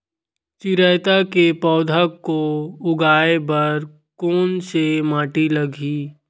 चिरैता के पौधा को उगाए बर कोन से माटी लगही?